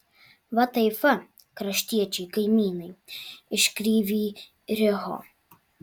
va taip va kraštiečiai kaimynai iš kryvyj riho